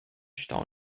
stau